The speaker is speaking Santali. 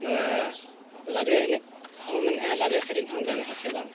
ᱚᱱᱟ ᱞᱟᱜᱽᱲᱮ ᱮᱱᱮᱡ ᱦᱚᱸ ᱢᱮᱱᱮᱜᱼᱟ ᱞᱟᱜᱽᱲᱮ ᱥᱮᱨᱮᱧ ᱦᱚᱸ ᱜᱟᱱᱚᱜᱼᱟ ᱪᱮ ᱵᱟᱝᱟ